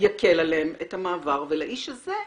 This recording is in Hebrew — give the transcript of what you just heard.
יקל עליהם את המעבר ולאיש הזה,